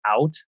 out